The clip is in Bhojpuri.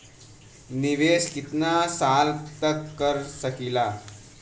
निवेश कितना साल तक कर सकीला?